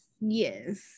yes